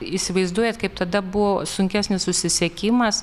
įsivaizduojat kaip tada buvo sunkesnis susisiekimas